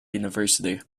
university